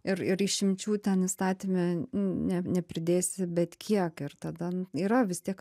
ir ir išimčių ten įstatyme ne nepridėsi bet kiek ir tada yra vis tiek